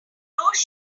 close